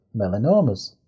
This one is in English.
melanomas